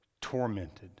tormented